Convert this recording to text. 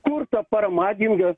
kur ta parama dinga